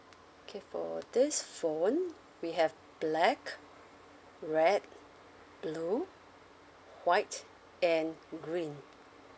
K for this phone we have black red blue white and green